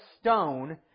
stone